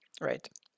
right